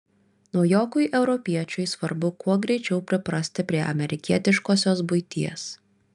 naujokui europiečiui svarbu kuo greičiau priprasti prie amerikietiškosios buities